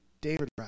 David